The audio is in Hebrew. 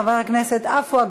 מוותר.